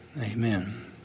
Amen